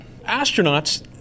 Astronauts